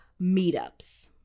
meetups